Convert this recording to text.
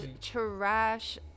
Trash